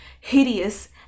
hideous